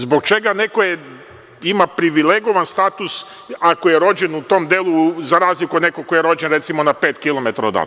Zbog čega neko ima privilegovan status ako je rođen u tom delu za razliku od nekog ko je rođen recimo na pet kilometara odatle.